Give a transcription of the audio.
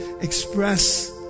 express